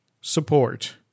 support